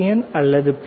என் அல்லது பி